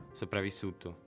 sopravvissuto